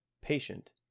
patient